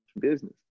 business